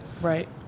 right